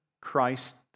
Christ